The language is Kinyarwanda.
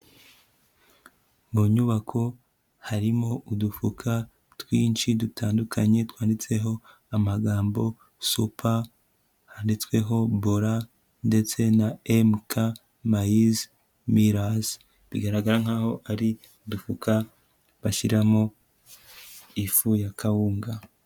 Mu nyubako harimo udufuka twinshi dutandukanye twanditseho amagambo super, handitsweho bola ndetse na MK maise milazi, bigaragara nk'aho ari dufuka, bashyiramo ifu ya kawunga.